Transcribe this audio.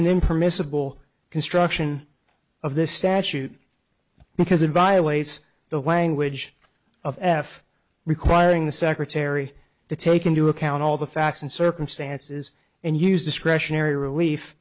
an impermissible construction of this statute because it violates the language of f requiring the secretary to take into account all the facts and circumstances and use discretionary relief